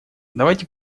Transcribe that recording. давайте